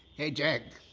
hey, jag,